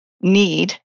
need